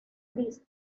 christi